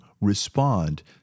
respond